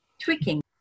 tweaking